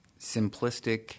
simplistic